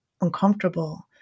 uncomfortable